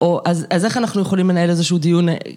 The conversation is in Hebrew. או אז איך אנחנו יכולים לנהל איזשהו דיון?